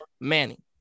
Manning